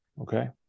okay